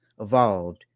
evolved